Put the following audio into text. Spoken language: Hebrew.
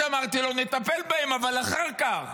אמרתי לו: נטפל בהם, אבל אחר כך.